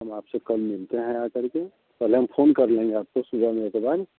हम आप से कल मिलते हैं आ कर के कल हम फ़ोन कर लेंगे आपको सुबह में एक बार